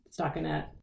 stockinette